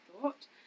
thought